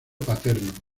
paterno